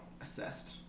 assessed